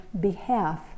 behalf